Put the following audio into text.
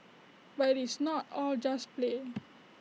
but IT is not all just play